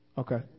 Okay